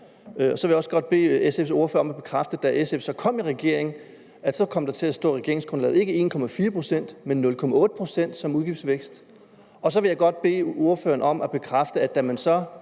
Jeg vil også godt bede SF's ordfører om at bekræfte, at da SF kom i regering, kom der til at stå i regeringsgrundlaget ikke 1,4 pct., men 0,8 pct. i udgiftsvækst, og så vil jeg godt bede ordføreren om at bekræfte, at da man så